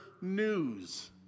news